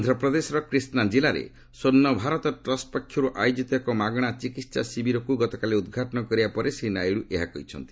ଆନ୍ଧ୍ର ପ୍ରଦେଶର କ୍ରିଷ୍ଣା ଜିଲ୍ଲାରେ ସ୍ପର୍ଣ୍ଣ ଭାରତ ଟ୍ରଷ୍ଟ ପକ୍ଷରୁ ଆୟୋଜିତ ଏକ ମାଗଣା ଚିକିତ୍ସା ଶିବିରକୁ ଗତକାଲି ଉଦ୍ଘାଟନ କରିବା ପରେ ଶ୍ରୀ ନାଇଡୁ ଏହା କହିଛନ୍ତି